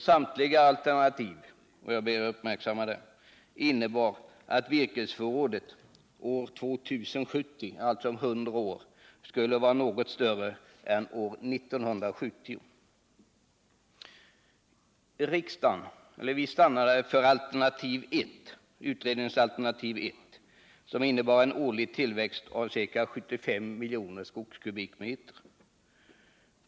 Samtliga alternativ innebar — jag vill understryka det — att virkesförrådet år 2070, dvs. om ca 100 år, skulle vara något större än år 1970. Riksdagen stannade för utredningens alternativ 1, som förutsatte en årlig tillväxt av 75 milj. skogskubikmeter.